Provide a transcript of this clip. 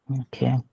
Okay